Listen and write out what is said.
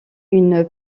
une